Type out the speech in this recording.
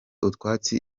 utwatsi